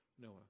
Noah